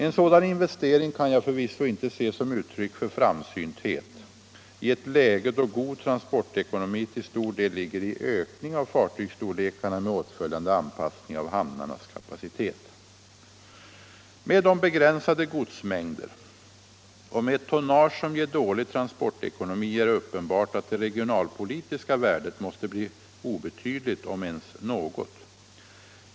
En sådan investering kan jag förvisso inte se som uttryck för framsynthet i ett läge, då god transportekonomi till stor del ligger i ökning av fartygsstorlekarna med åtföljande anpassning av hamnarnas kapacitet. Med begränsade godsmängder och med ett tonnage som ger dålig transportekonomi är det uppenbart att det regionalpolitiska värdet måste bli obetydligt, om ens något.